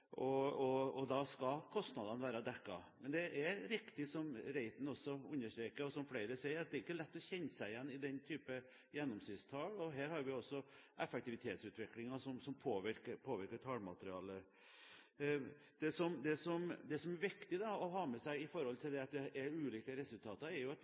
inklusiv skattefordel, og da skal kostnadene være dekket. Men det er riktig som Reiten også understreker, og som flere sier, at det ikke er lett å kjenne seg igjen i den type gjennomsnittstall, og her har vi også effektivitetsutviklingen som påvirker tallmaterialet. Det som er viktig å ha med seg når det gjelder at det er ulike resultater, er at vi